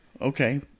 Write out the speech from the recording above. okay